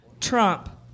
Trump